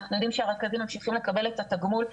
אנחנו יודעים שהרכזים ממשיכים לקבל את התגמול.